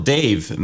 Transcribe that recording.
Dave